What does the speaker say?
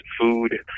food